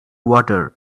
water